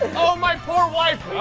oh, my poor wife.